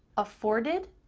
afforded?